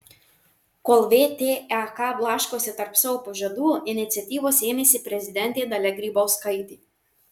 kol vtek blaškosi tarp savo pažadų iniciatyvos ėmėsi prezidentė dalia grybauskaitė